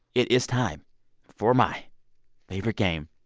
it is time for my favorite game,